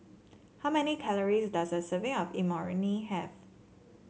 how many calories does a serving of Imoni have